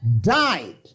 died